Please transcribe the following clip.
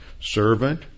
servant